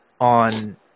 on